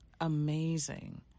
Amazing